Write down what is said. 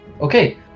Okay